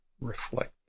reflect